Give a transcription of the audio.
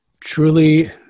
truly